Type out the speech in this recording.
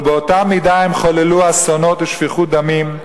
אבל באותה מידה הן חוללו אסונות ושפיכות דמים.